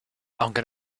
aunque